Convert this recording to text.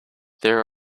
there